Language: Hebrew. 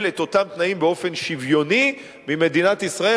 את אותם תנאים באופן שוויוני ממדינת ישראל,